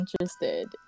interested